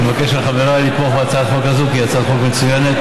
אני מבקש מחבריי לתמוך בהצעת החוק הזאת כי היא הצעת חוק מצוינת.